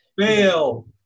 fail